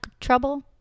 trouble